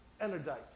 energized